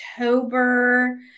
October